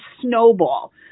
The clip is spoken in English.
snowball